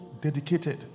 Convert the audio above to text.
dedicated